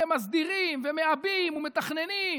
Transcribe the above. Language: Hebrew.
אתם מסדירים ומעבים ומתכננים,